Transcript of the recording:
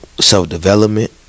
self-development